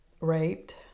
raped